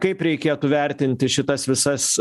kaip reikėtų vertinti šitas visas